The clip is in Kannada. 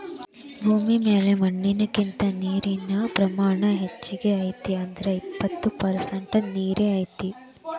ಭೂಮಿ ಮ್ಯಾಲ ಮಣ್ಣಿನಕಿಂತ ನೇರಿನ ಪ್ರಮಾಣಾನ ಹೆಚಗಿ ಐತಿ ಅಂದ್ರ ಎಪ್ಪತ್ತ ಪರಸೆಂಟ ನೇರ ಐತಿ